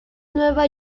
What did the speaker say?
nueva